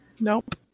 Nope